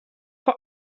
for